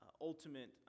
ultimate